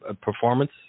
performance